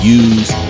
use